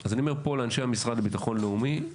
אז אני אומר פה לאנשים המשרד לביטחון לאומי,